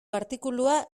artikulua